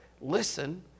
Listen